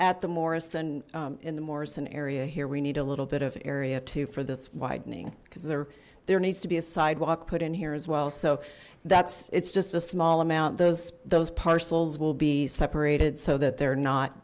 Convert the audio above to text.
at the morris and in the morrison area here we need a little bit of area too for this widening because there there needs to be a sidewalk put in here as well so that's it's just a small amount those those parcels will be separated so that they're not